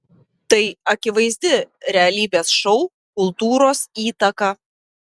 tai akivaizdi realybės šou kultūros įtaka